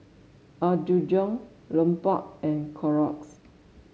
Apgujeong Lupark and Clorox